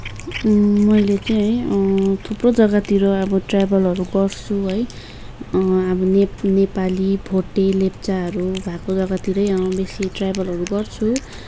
मैले चाहिँ थुप्रो जग्गातिर अब ट्रेभलहरू गर्छु है अब नेप नेपाली भोटे लेप्चाहरू भएको जग्गातिरै बेसी ट्रेभलहरू गर्छु